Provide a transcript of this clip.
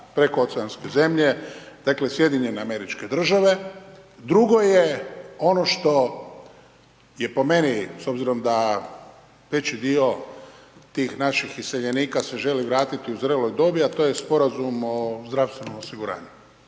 prekooceanske zemlje, dakle SAD. Drugo je ono što je po meni, s obzirom da veći dio tih naših iseljenika se želi vratiti u zreloj dobi a to je Sporazum o zdravstvenom osiguranju.